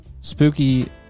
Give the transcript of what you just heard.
spooky